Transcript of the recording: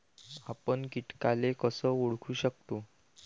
आपन कीटकाले कस ओळखू शकतो?